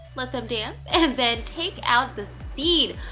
let them dance. and then take out the seed.